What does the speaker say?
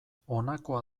honakoa